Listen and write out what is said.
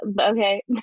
okay